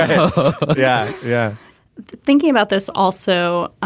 oh yeah yeah thinking about this also